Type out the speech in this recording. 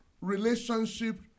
relationship